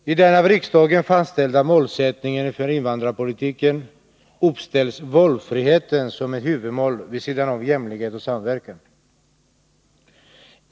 Herr talman! I den av riksdagen fastställda målsättningen för invandrarpolitiken uppställs valfriheten som ett huvudmål vid sidan av jämlikhet och samverkan.